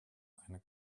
eine